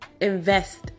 invest